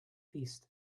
feast